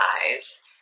eyes